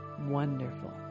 Wonderful